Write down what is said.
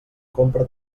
compra